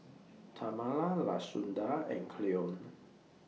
Tamala Lashunda and Cleone